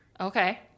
Okay